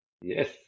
Yes